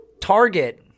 Target